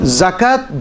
zakat